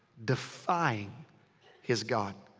defying his god.